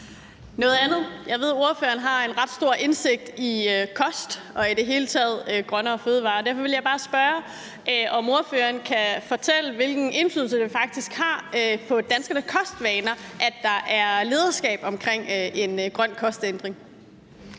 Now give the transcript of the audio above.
Noget andet er: Jeg ved, at ordføreren har en ret stor indsigt i kost og i det hele taget i grønnere fødevarer, og derfor vil jeg bare spørge, om ordføreren kan fortælle, hvilken indflydelse det faktisk har på danskernes kostvaner, at der er lederskab omkring en grøn kostændring.